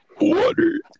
Water